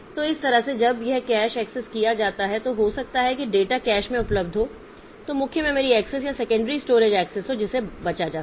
तो इस तरह से जब यह कैश एक्सेस किया जाता है तो हो सकता है कि डेटा कैश में उपलब्ध हो तो मुख्य मेमोरी एक्सेस या सेकेंडरी स्टोरेज एक्सेस हो जिससे बचा जा सके